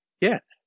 Yes